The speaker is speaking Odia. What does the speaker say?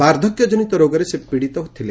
ବାର୍ଦ୍ଧକ୍ୟଜନିତ ରୋଗରେ ସେ ପୀଡ଼ିତ ଥିଲେ